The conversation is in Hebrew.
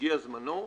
שהגיע זמנו,